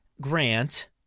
grant